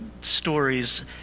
stories